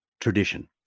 tradition